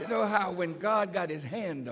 you know how when god got his hand